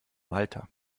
malta